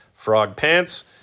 frogpants